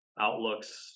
outlooks